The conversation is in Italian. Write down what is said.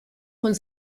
con